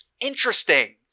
interesting